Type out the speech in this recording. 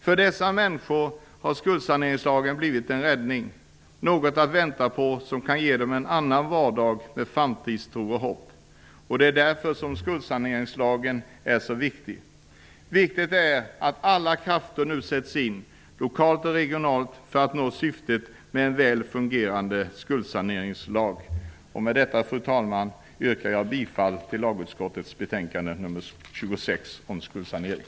För dessa människor har skuldsaneringslagen blivit en räddning, något att vänta på som kan ge dem en annan vardag med framtidstro och hopp. Det är därför som skuldsaneringslagen är så viktig. Det är viktigt att alla krafter nu sätts in, såväl lokalt som regionalt, för att nå syftet med en väl fungerande skuldsaneringslag. Med detta, fru talman, yrkar jag bifall till hemställan i lagutskottets betänkande nr 26 om skuldsanering.